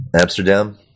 Amsterdam